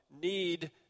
need